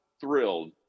thrilled